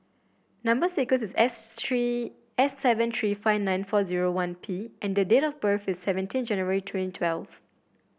number sequence is S three S seven three five nine four one P and the date of birth is seventeen January twenty twelve